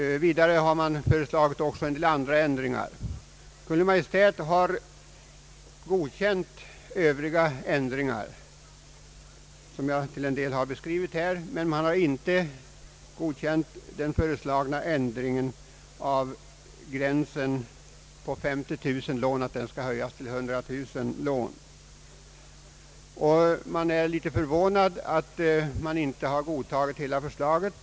Man har också föreslagit en del andra ändringar. Kungl. Maj:t har godkänt övriga ändringar, som jag till en del har beskrivit här, men man har inte godkänt den föreslagna ändringen av gränsen från 50 000 lån till 100 000 lån. Jag är litet förvånad över att Kungl. Maj:t inte godtagit hela förslaget.